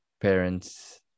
parents